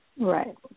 right